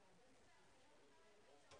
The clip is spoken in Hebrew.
בעשירי